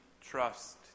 trust